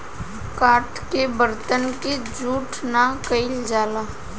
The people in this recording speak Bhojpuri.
काठ के बरतन के जूठ ना कइल जाला